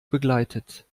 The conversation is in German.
begleitet